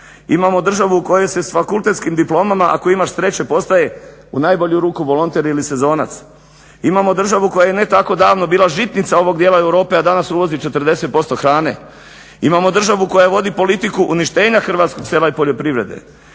imamo državu u kojoj se s fakultetskim diplomama ako imaš sreće postaje u najbolju ruku volonter ili sezonac, imamo državu koja je ne tako davno bila žitnica ovog djela Europe a danas uvozi 40% hrane, imamo državu koja vodi politiku uništenja hrvatskog sela i poljoprivrede,